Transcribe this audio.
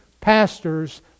pastors